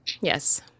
Yes